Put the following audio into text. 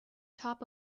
top